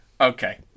Okay